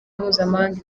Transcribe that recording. mpuzamahanga